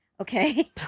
okay